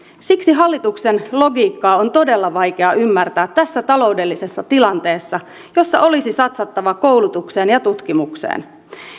siksi hallituksen logiikkaa on todella vaikea ymmärtää tässä taloudellisessa tilanteessa jossa olisi satsattava koulutukseen ja tutkimukseen